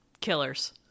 Killers